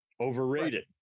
Overrated